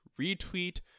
retweet